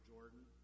Jordan